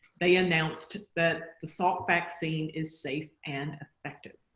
they announced that the salk vaccine is safe and effective.